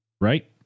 right